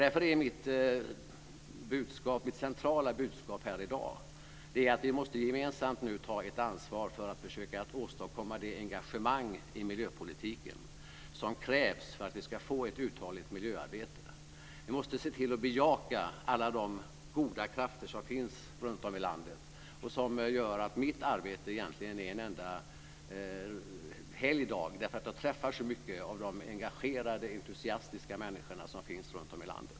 Därför är mitt centrala budskap här i dag att vi nu gemensamt måste ta ett ansvar för att försöka åstadkomma det engagemang i miljöpolitiken som krävs för att vi ska få ett uthålligt miljöarbete. Vi måste se till att bejaka alla de goda krafter som finns runtom i landet och som gör att mitt arbete egentligen är en enda helgdag - jag träffar ju så många av de engagerade och entusiastiska människor som finns runtom i landet.